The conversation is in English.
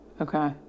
okay